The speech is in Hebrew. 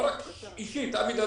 לא רק אישית אבי דדון,